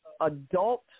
adult